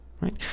right